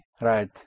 Right